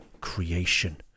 creation